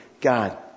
God